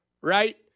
Right